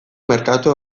merkatua